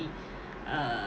err